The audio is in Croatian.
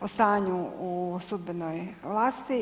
o stanju u sudbenoj vlasti.